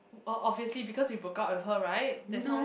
u~ o~ obviously because you broke up with her right that's why